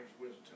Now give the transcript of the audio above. wisdom